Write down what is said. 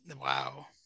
Wow